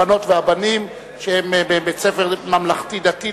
הבנות והבנים שהם מבית-ספר ממלכתי-דתי,